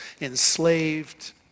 enslaved